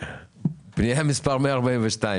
15 מיליון שקל.